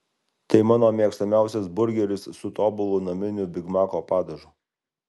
tai mano mėgstamiausias burgeris su tobulu naminiu bigmako padažu